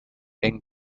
ink